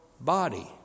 body